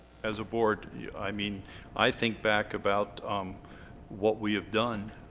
as a board yeah i mean i think back about what we have done